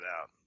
out